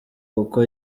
kuko